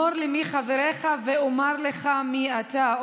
אמור לי מי חבריך ואומר לך מי אתה.